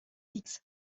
fixe